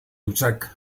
hutsak